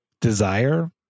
desire